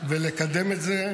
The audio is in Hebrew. ולקדם את זה,